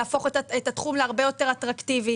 להפוך את התחום להרבה יותר אטרקטיבי.